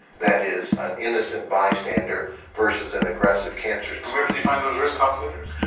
that is an innocent bystander versus an aggressive cancer. and where can you find those risk calculators?